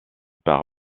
par